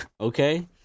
Okay